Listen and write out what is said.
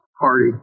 party